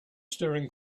staring